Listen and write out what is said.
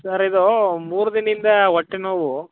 sir ಇದು ಮೂರು ದಿನ್ದಿಂದ ಹೊಟ್ಟೆ ನೋವು